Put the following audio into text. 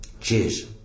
cheers